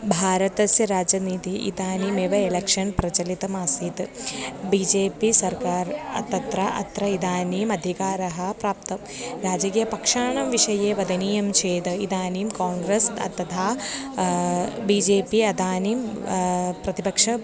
भारतस्य राजनीतिः इदानीमेव एलेक्षन् प्रचलितमासीत् बी जे पि सर्वकारः तत्र अत्र इदानीम् अधिकारः प्राप्तव् राजकीयपक्षाणां विषये वदनीयं चेत् इदानीं काङ्ग्रेस् अथवा बी जे पि इदानीं प्रतिपक्षः